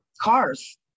cars